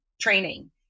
training